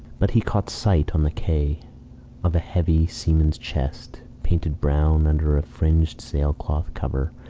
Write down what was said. but he caught sight on the quay of a heavy seamans chest, painted brown under a fringed sailcloth cover,